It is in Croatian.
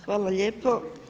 Hvala lijepo.